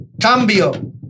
Cambio